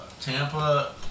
Tampa